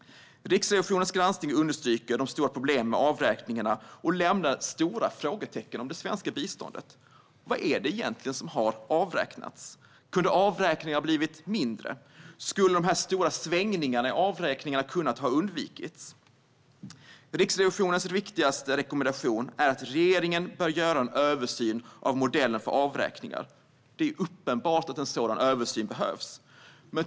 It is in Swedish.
Riksrevisionens granskning understryker de stora problemen med avräkningarna och lämnar stora frågetecken om det svenska biståndet. Vad har egentligen avräknats? Kunde avräkningarna ha blivit mindre? Skulle de stora svängningarna i avräkningarna ha kunnat undvikas? Riksrevisionens viktigaste rekommendation är att regeringen bör göra en översyn av modellen för avräkningar. Det är uppenbart att en sådan översyn behövs.